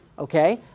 ok.